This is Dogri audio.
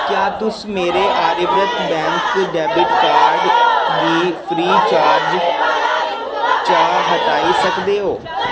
क्या तुस मेरे आर्यव्रत बैंक डैबिट कार्ड गी फ्री चार्ज चा हटाई सकदे ओ